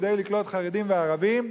כדי לקלוט חרדים וערבים,